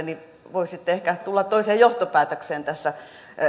niin voisitte ehkä tulla toiseen johtopäätökseen tässä